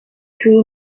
twin